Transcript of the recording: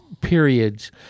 periods